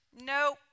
No